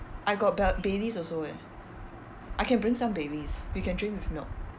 I got ba~ baileys also eh I can bring some baileys we can drink with milk